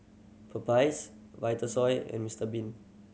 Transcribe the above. Popeyes Vitasoy and Mister Bean